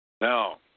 Now